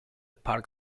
park